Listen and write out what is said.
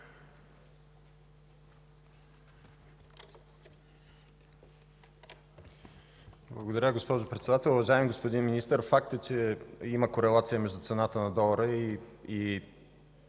Благодаря, госпожо Председател. Уважаеми господин Министър, факт е, че има корелация между цената на долара и